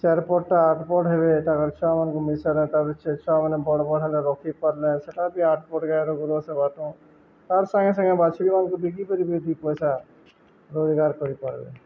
ଚାରପଟ୍ ଟା ଆଠ ପଟ୍ ହେବେ ତାଙ୍କର ଛୁଆମାନଙ୍କୁ ମିଶାଇଲେ ତାର୍ ସେ ଛୁଆମାନେ ବଡ଼ ବଡ଼ ହେଲେ ରଖି ପାରିଲେ ସେଇଟା ବି ଆଠ ପଟ୍ ଗାଈର ଗୋରୁ ସେବାଠୁଁ ତାର୍ ସାଙ୍ଗେ ସାଙ୍ଗେ ବାଛୁରୀମାନଙ୍କୁ ବିକି କରିବ ଦୁଇ ପଇସା ରୋଜଗାର କରିପାରବେ